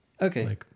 Okay